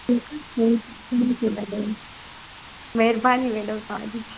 ठीकु आहे महिरबानी मैडम तव्हांजी